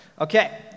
Okay